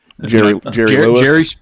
Jerry